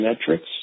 metrics